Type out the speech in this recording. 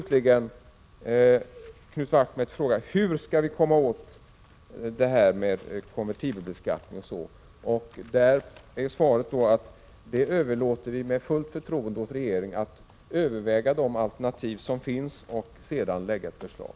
Till slut vill jag med anledning av att Knut Wachtmeister frågade hur vi skall klara beskattningen av konvertibler svara: Vi överlåter med fullt förtroende åt regeringen att överväga de alternativ som finns och att sedan lägga fram ett förslag.